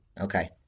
Okay